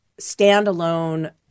standalone